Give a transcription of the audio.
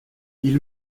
ils